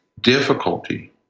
difficulty